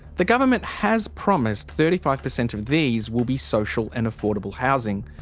the government has promised thirty five percent of these will be social and affordable housing,